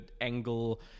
angle